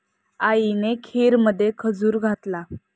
आईने खीरमध्ये खजूर घातला